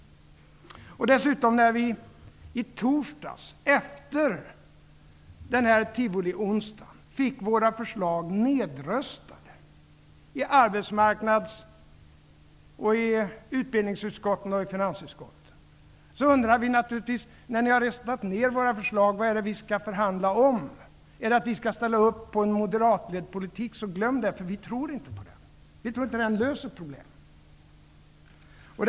När vi i torsdags, dagen efter ''tivolionsdagen'', fick våra förslag nedröstade i arbetsmarknads , i utbildnings och i finansutskottet undrar vi naturligtvis vad det är som vi skall förhandla om. Är det att vi skall ställa upp för en moderatledd politik, så glöm det, för vi tror inte på den. Vi tror inte att den löser problemen.